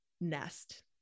nest